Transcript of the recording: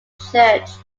church